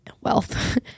wealth